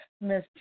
Miss